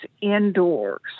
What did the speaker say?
indoors